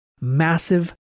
Massive